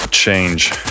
Change